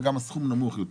וגם הסכום נמוך יותר.